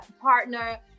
partner